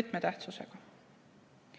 võtmetähtsusega.